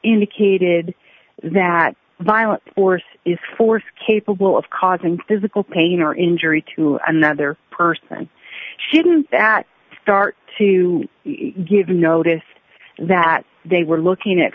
indicated that violent or is force capable of causing physical pain or injury to another person shouldn't that start to give notice that they were looking at